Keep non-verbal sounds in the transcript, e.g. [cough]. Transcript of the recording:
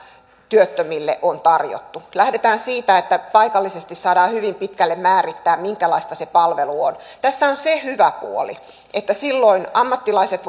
työttömille on tarjottu lähdetään siitä että paikallisesti saadaan hyvin pitkälle määrittää minkälaista se palvelu on tässä on se hyvä puoli että silloin ammattilaiset [unintelligible]